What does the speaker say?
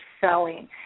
selling